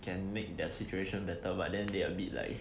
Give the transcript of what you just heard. can make their situation better but then they are a bit like